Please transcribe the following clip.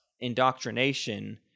indoctrination